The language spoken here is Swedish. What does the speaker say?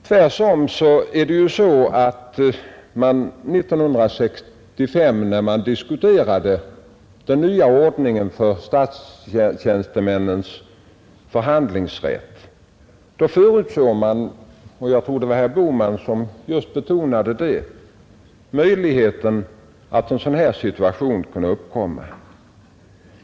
Tvärtom förutsåg man 1965, när man diskuterade den nya ordningen för statstjänstemännens förhandlingsrätt — och jag tror det var herr Bohman som just påpekade det — att en sådan här situation kunde uppkomma.